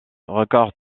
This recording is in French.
records